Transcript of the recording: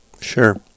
Sure